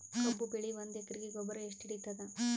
ಕಬ್ಬು ಬೆಳಿ ಒಂದ್ ಎಕರಿಗಿ ಗೊಬ್ಬರ ಎಷ್ಟು ಹಿಡೀತದ?